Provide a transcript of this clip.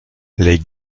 les